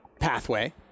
pathway